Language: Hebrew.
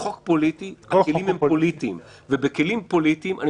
בחוק פוליטי הכלים הם פוליטיים ובכלים פוליטיים אני